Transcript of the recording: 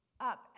up